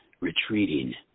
retreating